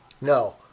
No